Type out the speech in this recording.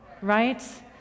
right